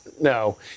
No